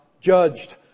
judged